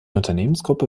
unternehmensgruppe